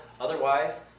Otherwise